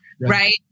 right